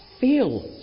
feel